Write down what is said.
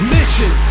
Mission